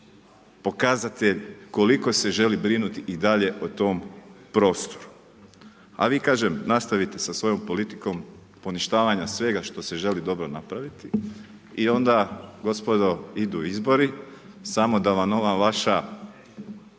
pokazatelj koliko se želi brinuti i dalje o tom prostoru. A vi kažem, nastavite sa svojom politikom poništavanja svega što želi dobro napraviti i onda gospodo, idu izbori, samo da vam ova vaša